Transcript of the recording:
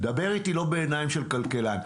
דבר איתי לא בעיניים של כלכלן.